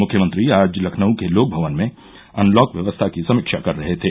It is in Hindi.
मुख्यमंत्री आज लखनऊ के लोकभवन में अनलॉक व्यवस्था की समीक्षा कर रहे थे